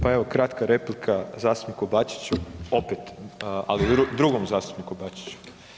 Pa evo, kratka replika zastupniku Bačiću, opet drugom zastupniku Bačiću.